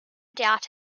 doubt